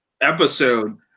episode